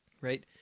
right